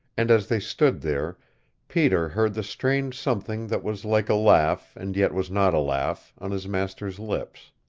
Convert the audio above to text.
and as they stood there peter heard the strange something that was like a laugh, and yet was not a laugh, on his master's lips.